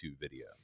video